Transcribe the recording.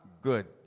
Good